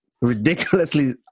ridiculously